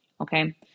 okay